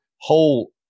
whole